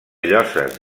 lloses